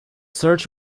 search